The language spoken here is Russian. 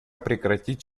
прекратить